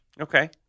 Okay